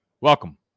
Welcome